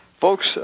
Folks